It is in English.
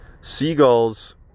seagulls